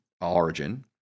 origin